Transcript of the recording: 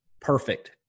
perfect